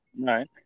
right